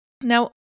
Now